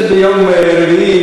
יש ביום רביעי,